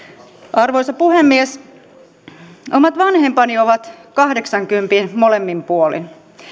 arvoisa puhemies omat vanhempani ovat kahdeksankympin molemmin puolin